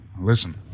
Listen